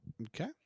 Okay